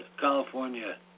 California